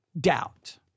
doubt